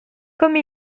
comme